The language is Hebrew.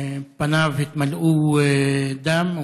פניו התמלאו דם.